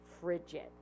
frigid